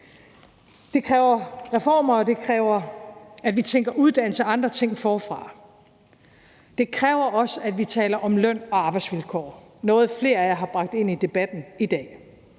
Det kræver reformer, og det kræver, at vi tænker uddannelse og andre ting forfra. Det kræver også, at vi taler om løn- og arbejdsvilkår, hvilket er noget, flere af jer har bragt ind i debatten i dag.